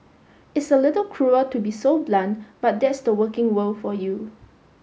it's a little cruel to be so blunt but that's the working world for you